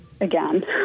again